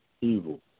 evil